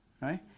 right